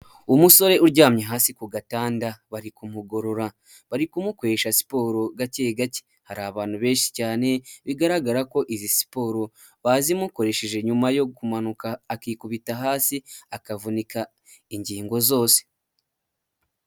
Umusore uryamye hasi ku gatanda bari kumugorora, bari kumukoresha siporo gake gake. Hari abantu benshi cyane bigaragara ko izi siporo bazimukoresheje nyuma yo kumanuka akikubita hasi akavunika ingingo zose.